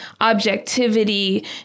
objectivity